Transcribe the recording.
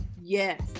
Yes